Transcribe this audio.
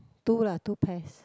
two lah two pairs